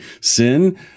Sin